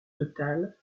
total